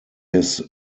his